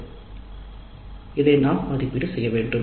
ஒவ்வொரு கட்டத்தின் முடிவிலும் இதை நாம் மதிப்பீடு செய்ய வேண்டும்